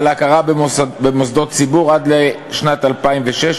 על ההכרה במוסדות ציבור עד לשנת 2016,